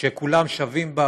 שכולם שווים בה